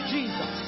Jesus